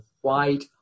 white